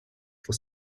for